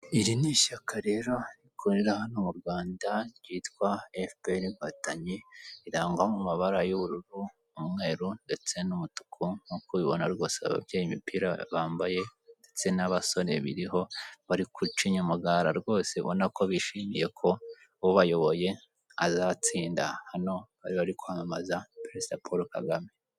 iri ni ishyaka rero rikorera hano mu rwanda ryitwa fpr inkotanyi rirangwa mu mabara y'ubururu umweru ndetse n'umutuku nkuko bibona rwose ababyeyi imipira bambaye ndetse n'abasore biriho bari gucinya umugara rwose ubona ko bishimiye ko ubayoboye azatsinda hano bari bari kwamamaza perezida paul kagame